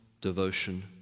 devotion